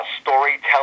storytelling